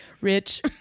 rich